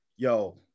yo